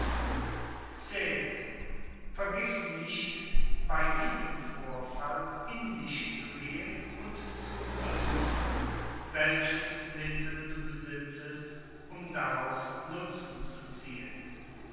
vergiß nicht bei jedem vorfall in dich zu gehen und zu untersuchen welches mittel du besitzest um daraus nutzen zu ziehen